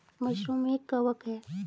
mushroom एक कवक है